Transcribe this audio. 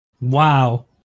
Wow